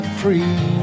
free